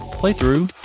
playthrough